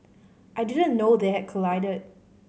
I didn't know they had collided